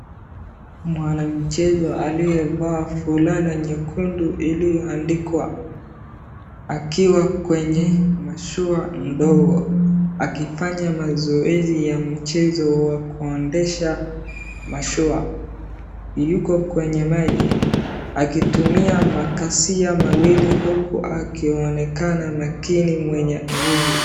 Mwanamichezo aliyevaa fulana nyekundu iliyoandikwa , akiwa kwenye mashua ndogo, akifanya mazoezi ya mchezo wa kuendesha mashua, yuko kwenye maji, akitumia makasia mawili huku akionekana lakini mwenye nguvu .